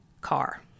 car